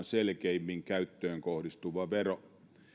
selkeimmin käyttöön kohdistuva vero